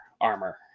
armor